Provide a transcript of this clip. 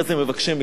מבקשי מקלט,